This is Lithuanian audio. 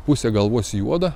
pusė galvos juoda